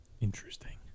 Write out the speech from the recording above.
Interesting